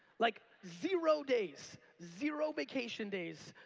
like zero days, zero vacation days.